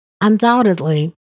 Undoubtedly